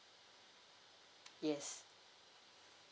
yes